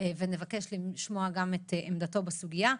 ונבקש לשמוע גם את עמדתו בסוגיה.